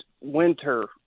winter